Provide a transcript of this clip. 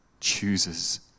chooses